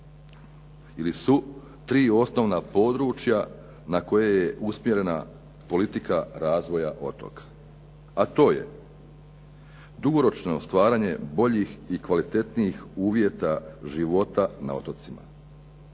ili su tri osnovna područja na koje je usmjerena politika razvoja otoka a to je dugoročno stvaranje boljih i kvalitetnijih uvjeta života na otocima.